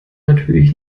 natürlich